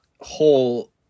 whole